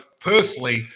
personally